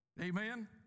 amen